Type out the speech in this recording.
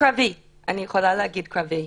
קרבי, אני יכולה להגיד קרבי.